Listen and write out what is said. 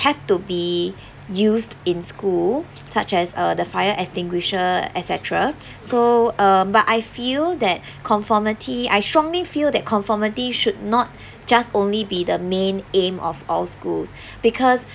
have to be used in school such as uh the fire extinguisher etcetera so um but I feel that conformity I strongly feel that conformity should not just only be the main aim of all schools because